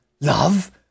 love